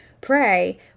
pray